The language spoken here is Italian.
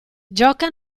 gioca